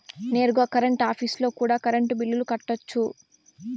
నేరుగా కరెంట్ ఆఫీస్లో కూడా కరెంటు బిల్లులు కట్టొచ్చు